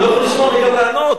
אני לא יכול לשמוע וגם לענות.